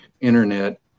internet